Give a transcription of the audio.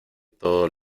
todo